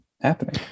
happening